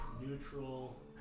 neutral